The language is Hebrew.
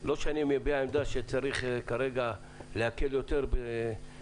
לא שאני מביע עמדה שצריך להקל יותר בתחבורה,